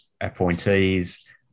appointees